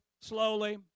slowly